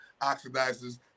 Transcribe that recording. oxidizes